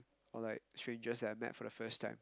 or like strangers that I met for the first time